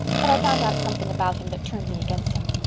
but i found out something about him that turned me against him.